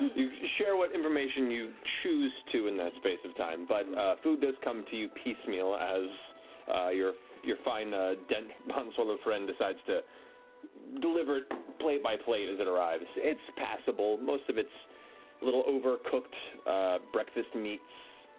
you share what information you choose to in that space of time, but food does come to you piecemeal as your your fine ah dent bonswallow friend decides to deliver it plate by plate as it arrives. it's passable, most of it's a little overcooked breakfast meats,